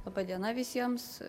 laba diena visiems